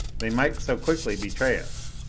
they might so quickly betray us!